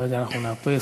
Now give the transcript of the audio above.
רגע, אנחנו נאפס.